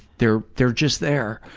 they're, they're just there.